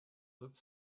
looked